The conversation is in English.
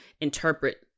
interpret